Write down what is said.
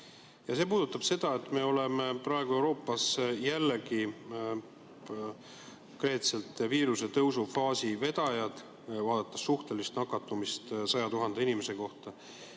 ja see puudutab seda, et me oleme praegu Euroopas jällegi viirusesse nakatumise tõusu vedajad, kui vaadata suhtelist nakatumist 100 000 inimese kohta.